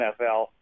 NFL